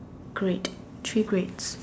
great three greats